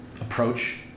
approach